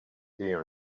here